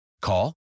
Call